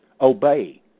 obey